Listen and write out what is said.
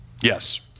Yes